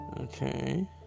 Okay